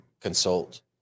consult